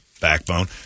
backbone